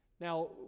Now